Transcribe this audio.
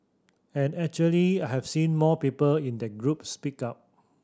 and actually have seen more people in that group speak up